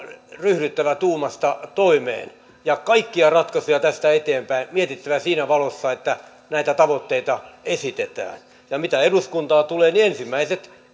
ryhdyttävä tuumasta toimeen ja kaikkia ratkaisuja tästä eteenpäin mietittävä siinä valossa että näitä tavoitteita esitetään ja mitä eduskuntaan tulee niin ensimmäiset